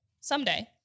someday